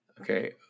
Okay